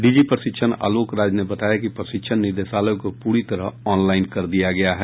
DG प्रशिक्षण आलोक राज ने बताया कि प्रशिक्षण निदेशालय को पूरी तरह ऑनलाईन कर दिया गया है